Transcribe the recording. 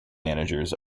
managers